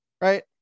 right